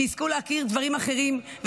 יזכו להכיר דברים אחרים,